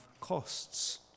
costs